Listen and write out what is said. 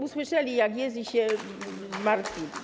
Usłyszeli, jak jest, i się zmartwili.